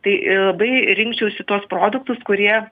tai labai rinkčiausi tuos produktus kurie